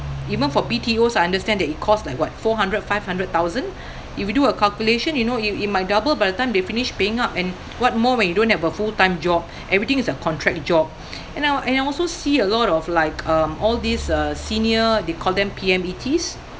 even for B_T_Os I understand that it costs like what four hundred five hundred thousand if you do a calculation you know it it might double by the time they finish paying up and what more when you don't have a full-time job everything is a contract job and I and I also see a lot of like um all this uh senior they call them P_M_E_Ts